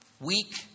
weak